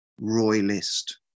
royalist